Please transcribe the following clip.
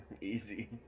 Easy